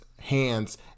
hands